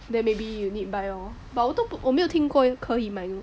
then maybe you need buy lor but 我都不没有听过可以买